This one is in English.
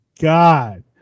God